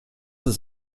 ist